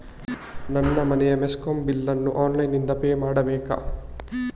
ನನ್ನ ಮನೆಯ ಮೆಸ್ಕಾಂ ಬಿಲ್ ಅನ್ನು ಆನ್ಲೈನ್ ಇಂದ ಪೇ ಮಾಡ್ಬೇಕಾ?